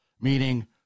meaning